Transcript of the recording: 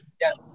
Yes